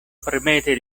permette